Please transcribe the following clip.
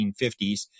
1950s